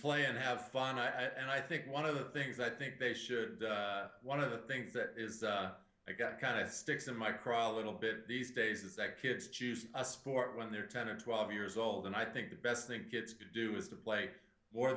play and have fun and i think one of the things i think they should one of the things that is it got kind of sticks in my craw a little bit these days is that kids choose a sport when they're ten or twelve years old and i think the best thing gets to do is to play more